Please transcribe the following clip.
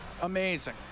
amazing